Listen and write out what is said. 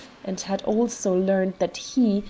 and had also learnt that he,